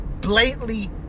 blatantly